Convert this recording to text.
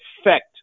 effect